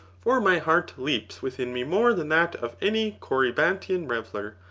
for my heart leaps within me more than that of any corybantian reveller,